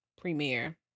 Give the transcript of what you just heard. premiere